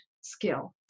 skill